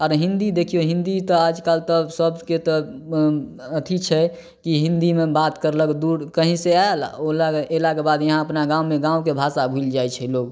आओर हिन्दी देखियौ हिन्दी तऽ आज कल तऽ सबके तऽ अथी छै कि हिन्दीमे बात करलक दूर कहींसँ आयल ओ अयलाके बादमे यहाँ अपना गाँवमे गाँवके भाषा भुलि जाइ छै लोग